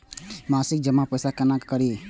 मासिक जमा पैसा केना करी?